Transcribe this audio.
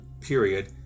period